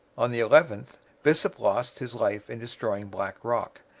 on the eleventh bisshopp lost his life in destroying black rock.